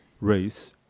race